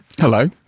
Hello